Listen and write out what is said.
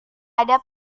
ada